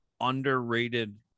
underrated